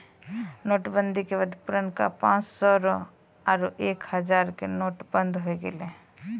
note बंदी के बाद पुरनका पांच सौ रो आरु एक हजारो के नोट बंद होय गेलै